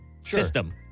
system